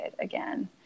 again